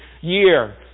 year